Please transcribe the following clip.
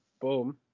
boom